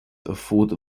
afford